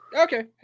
Okay